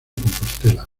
compostela